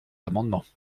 amendements